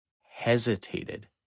hesitated